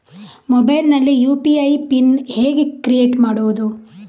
Mobile ನಲ್ಲಿ UPI PIN ಹೇಗೆ create ಮಾಡುವುದು?